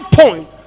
point